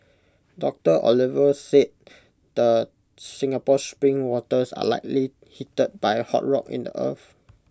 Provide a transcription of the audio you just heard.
doctor Oliver said the Singapore spring waters are likely heated by hot rock in the earth